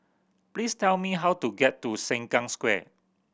please tell me how to get to Sengkang Square